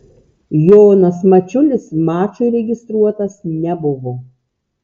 jonas mačiulis mačui registruotas nebuvo